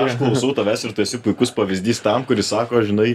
aš klausau tavęs ir tu esi puikus pavyzdys tam kuris sako žinai